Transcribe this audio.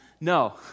No